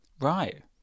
right